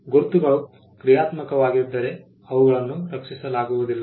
ಗುರುತುಗಳು ಕ್ರಿಯಾತ್ಮಕವಾಗಿದ್ದರೆ ಅವುಗಳನ್ನು ರಕ್ಷಿಸಲಾಗುವುದಿಲ್ಲ